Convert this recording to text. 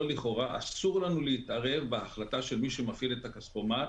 אסור להתערב בהחלטה של מי שמפעיל את הכספומט